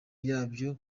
yabyo